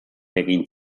egin